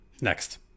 next